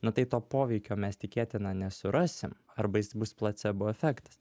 na tai to poveikio mes tikėtina nesurasim arba jis bus placebo efektas